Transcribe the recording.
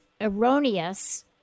erroneous